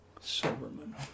Silverman